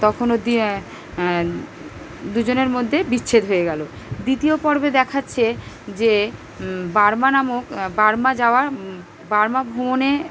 তখনও দি দুজনের মধ্যে বিচ্ছেদ হয়ে গেলো দ্বিতীয় পর্বে দেখাচ্ছে যে বার্মা নামক বার্মা যাওয়ার বার্মা ভ্রমণে